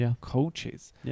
coaches